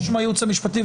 אני מבקש מהייעוץ המשפטי,